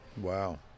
Wow